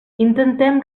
intentem